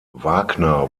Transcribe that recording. wagner